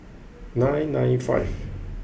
nine nine five